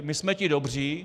My jsme ti dobří.